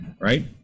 right